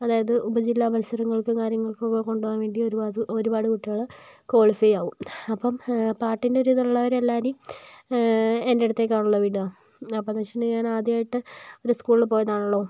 അതായത് ഉപജില്ല മത്സരങ്ങൾക്കും കാര്യങ്ങൾക്കും ഒക്കെ കൊണ്ടുപോകാൻ വേണ്ടി ഒരുപാട് ഒരുപാട് കുട്ടികൾ ക്വാളിഫൈ ആകും അപ്പോൾ പാട്ടിൻ്റെ ഒരു ഇതുള്ളൊരു എല്ലാവരെയും എൻറ്റടുത്തേക്കാണല്ലോ വിടുക അപ്പമെന്ന് വെച്ചിട്ടുണ്ടെങ്കിൽ ഞാൻ ആദ്യമായിട്ട് ഒരു സ്കൂളിൽ പോയതാണല്ലോ